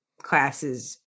classes